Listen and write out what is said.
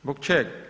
Zbog čega?